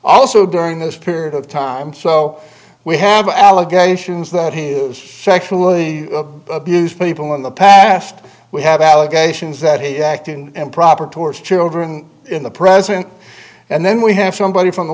also during this period of time so we have allegations that he sexually abused people in the past we have allegations that he acted and proper towards children in the present and then we have somebody from the